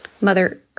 Mother